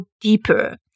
deeper